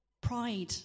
pride